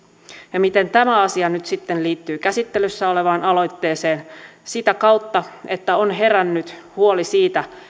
ja miten tämä asia nyt sitten liittyy käsittelyssä olevaan aloitteeseen sitä kautta että on herännyt huoli siitä